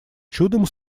чудом